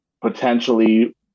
potentially